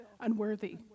unworthy